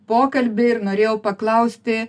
pokalbį ir norėjau paklausti